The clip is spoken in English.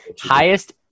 Highest